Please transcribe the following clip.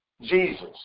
Jesus